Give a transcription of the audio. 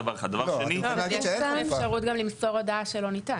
יש גם אפשרות למסור הודעה מראש שלא ניתן.